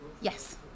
Yes